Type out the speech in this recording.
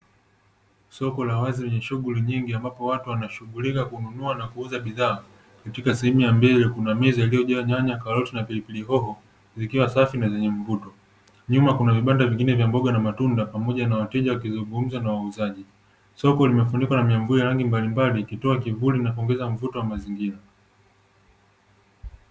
Soko la wazi lenye shughuli nyingi, ambapo watu wanashughulika kununua na kuuza bidhaa. Katika sehemu ya mbele kuna meza iliyojaa nyanya, karoti na pilipili hoho, zikiwa safi na zenye mvuto. Nyuma kuna vibanda vingine vya mboga na matunda pamoja na wateja wakizungumza na wauzaji. Soko limefunikwa na miamvuli ya rangi mbalimbali, likitoa kivuli na kuongeza mvuto wa mazingira.